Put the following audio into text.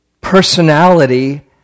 personality